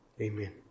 Amen